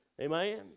Amen